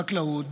בחקלאות,